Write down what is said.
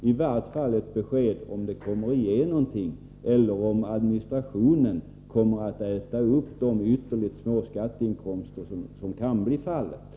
I varje fall kunde väl Rune Carlstein ge besked om huruvida skatten i fråga kommer att ge någonting över huvud taget eller om administrationen kommer att äta upp de ytterligt små skatteinkomster som kan bli aktuella.